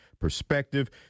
perspective